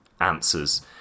answers